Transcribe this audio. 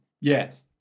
Yes